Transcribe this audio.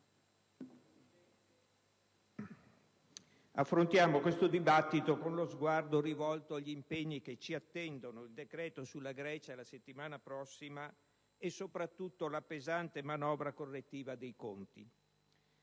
affrontiamo questo dibattito con lo sguardo rivolto agli impegni che ci attendono: il decreto sulla Grecia la settimana prossima e, soprattutto, la pesante manovra correttiva dei conti.